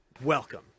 welcome